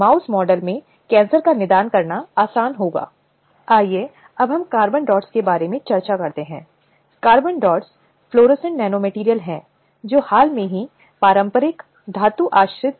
slide समय देखें 1645 तो यह कहीं व्याख्यात्मक है सरकारी कार्यालय कंपनियां गैर सरकारी संगठन खेल सुविधाएं कृषि फार्म अस्पताल सहकारी समितियां घर आदि